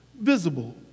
visible